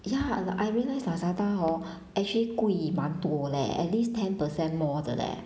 ya I I realize Lazada hor actually 贵蛮多 leh at least ten percent more 的 leh